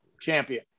champion